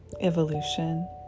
evolution